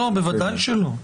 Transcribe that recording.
לא, בוודאי שלא.